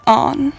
on